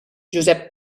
josep